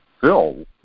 Phil